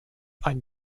ein